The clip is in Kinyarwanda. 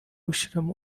ushyiramo